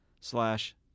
slash